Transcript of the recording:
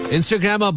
Instagram